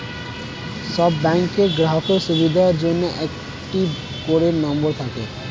সব ব্যাংকের গ্রাহকের সুবিধার জন্য একটা করে নম্বর থাকে